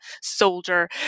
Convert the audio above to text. soldier